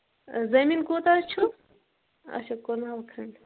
زٔمیٖن کوٗتاہ چھُ اَچھا کنال کھنٛڈ